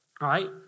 right